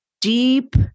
deep